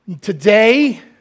today